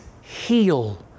heal